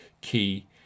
key